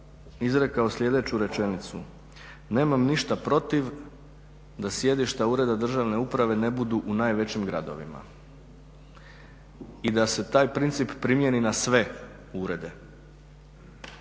izrekao sljedeću rečenicu. Nemam ništa protiv da sjedišta ureda državne uprave ne budu u najvećim gradovima i da se taj princip primjeni na sve urede.